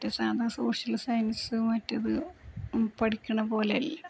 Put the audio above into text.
മറ്റു social science മറ്റേതു പഠിക്കുന്നതുപോലെയല്ല